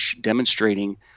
demonstrating